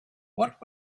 what